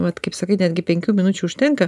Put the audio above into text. vat kaip sakai netgi penkių minučių užtenka